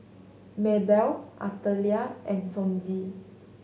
Maebell Artelia and Sonji